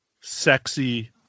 sexy